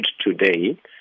today